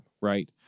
right